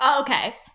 Okay